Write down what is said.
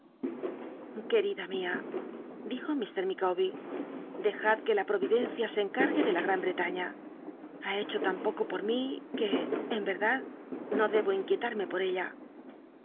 querida mia dijo mr micawber dejad que la l rol'idcncia se encargue da la gran bl'etaña ha hecho tan poco por mi que en ycrdad no debo inquietarmc por ella